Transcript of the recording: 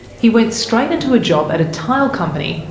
he went straight into a job at a tile company,